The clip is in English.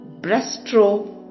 breaststroke